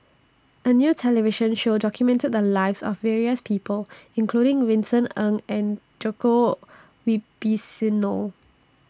A New television Show documented The Lives of various People including Vincent Ng and Djoko Wibisono